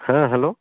ହଁ ହ୍ୟାଲୋ